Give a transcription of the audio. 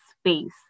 space